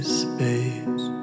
space